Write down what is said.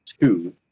two